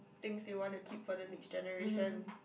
things they want to keep for the next generation